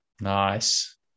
Nice